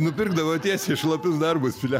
nupirkdavo tiesė šlapius darbus